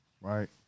right